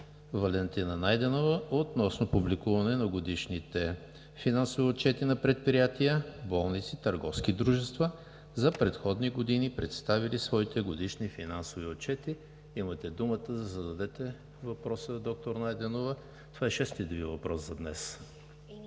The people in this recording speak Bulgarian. Валентина Найденова относно публикуване на годишните финансови отчети на предприятия, болници – търговски дружества, за предходни години, представили своите годишни финансови отчети. Имате думата да зададете въпроса, доктор Найденова. Това е шестият Ви въпрос за днес.